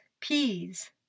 peas